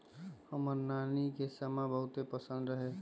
हमर नानी के समा बहुते पसिन्न रहै